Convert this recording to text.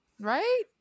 right